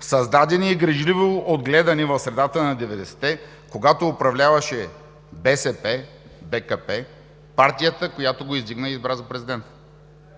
създадени и грижливо отгледани в средата на 90-те, когато управляваше БСП, БКП – партията, която го издигна и избра за президент.